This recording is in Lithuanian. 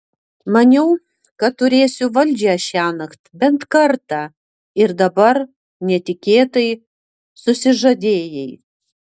maniau kad turėsiu valdžią šiąnakt bent kartą ir dabar netikėtai susižadėjai